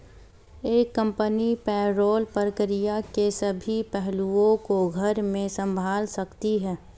एक company payroll प्रक्रिया के सभी पहलुओं को घर में संभाल सकती है